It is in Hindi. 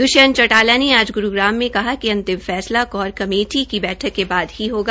दृष्यंत चौंटाला ने आज ग्रूग्राम में कहा कि अंतिम फैसला कोर कमेटी की बैठक के बाद ही होगा